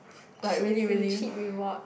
cheat it's a cheat reward